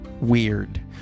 weird